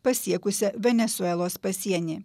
pasiekusia venesuelos pasienį